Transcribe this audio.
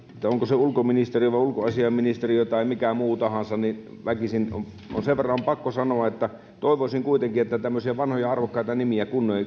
onko se ulkoministeriö vai ulkoasiainministeriö vai mikä muu tahansa niin väkisin on sen verran pakko sanoa että toivoisin kuitenkin että tämmöisiä vanhoja arvokkaita nimiä